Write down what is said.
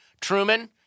Truman